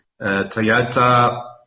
Toyota